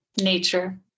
Nature